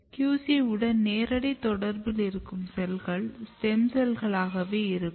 QC வுடன் நேரடி தொடர்பில் இருக்கும் செல்கள் ஸ்டெம் செல்லாகவே இருக்கும்